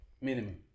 Minimum